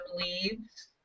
leaves